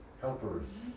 Helpers